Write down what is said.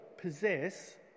possess